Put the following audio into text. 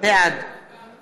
בעד